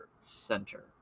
Center